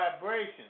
vibrations